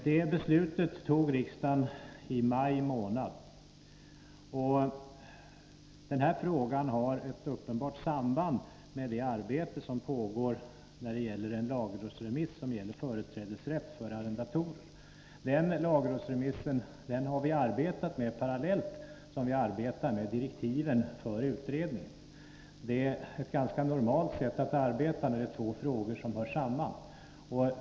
Det beslutet fattade riksdagen i maj månad, och den här frågan har ett uppenbart samband med det arbete som pågår med en lagrådsremiss som gäller företrädesrätt för arrendatorer. Den lagrådsremissen har vi arbetat med parallellt med direktiven för utredningen. Det är ett ganska normalt sätt att arbeta när det gäller två frågor som hör ihop.